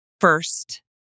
first